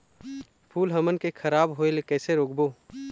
फूल हमन के खराब होए ले कैसे रोकबो?